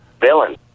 villain